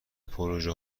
پروژه